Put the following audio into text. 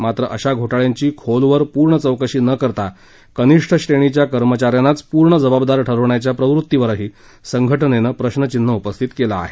मात्र अशा घोटाळ्यांची खोलवर पूर्ण चौकशी न करता कनिष्ठ श्रेणीच्या कर्मचाऱ्यांनाच पूर्ण जबाबदार ठरवण्याच्या प्रवृत्तीवरही संघटनेनं प्रश्नचिन्ह उपस्थित केलं आहे